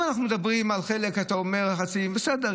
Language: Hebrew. אם אנחנו מדברים על חלק, אתה אומר, בסדר.